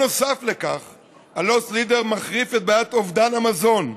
נוסף לכך ה"לוס לידר" מחריף את בעיית אובדן המזון,